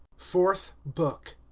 fourth book.